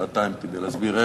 שעתיים להסביר איך.